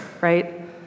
right